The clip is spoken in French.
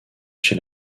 chez